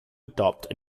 adopt